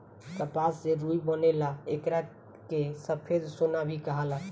कपास से रुई बनेला एकरा के सफ़ेद सोना भी कहाला